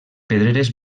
pedreres